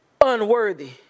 unworthy